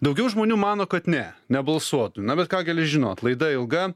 daugiau žmonių mano kad ne nebalsuotų na bet ką gali žinot laida ilga